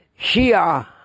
Shia